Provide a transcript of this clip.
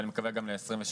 ואני מקווה שגם ל-2023,